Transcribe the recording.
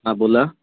हा बोला